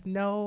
no